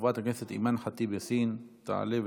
חברת הכנסת אימאן ח'טיב יאסין תעלה ותבוא.